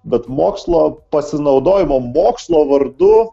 bet mokslo pasinaudojimo mokslo vardu